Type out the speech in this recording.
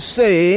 say